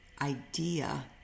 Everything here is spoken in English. idea